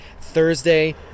Thursday